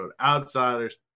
outsiders